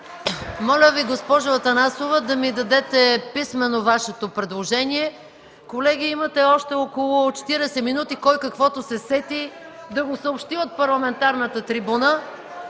Моля Ви, госпожо Атанасова, да ми дадете писмено Вашето предложение. Колеги, имате още около 40 минути – кой каквото се сети, да го съобщи от парламентарната трибуна.